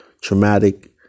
traumatic